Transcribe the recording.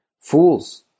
Fools